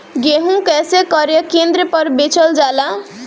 गेहू कैसे क्रय केन्द्र पर बेचल जाला?